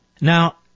Now